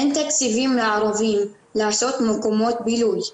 אין תקציבים לערבים להקים מקומות בילוי,